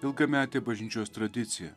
ilgametė bažnyčios tradicija